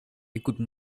écoute